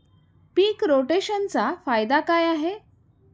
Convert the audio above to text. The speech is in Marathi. पीक रोटेशनचा फायदा काय आहे?